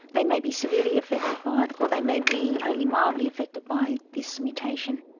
they may be severely affected by it, or they may be only mildly affected by this mutation.